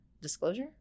disclosure